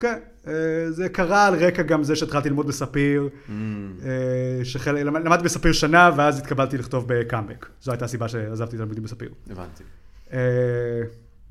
כן, זה קרה על רקע גם זה שהתחלתי ללמוד מספיר, למדתי בספיר שנה, ואז התקבלתי לכתוב בקאמבק. זו הייתה הסיבה שעזבתי למודים מספיר. - הבנתי.